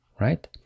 right